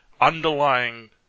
underlying